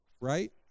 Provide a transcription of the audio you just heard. right